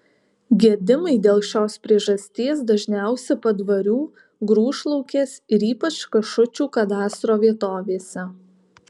gedimai dėl šios priežasties dažniausi padvarių grūšlaukės ir ypač kašučių kadastro vietovėse